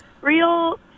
real